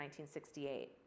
1968